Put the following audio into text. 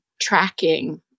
tracking